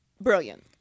brilliant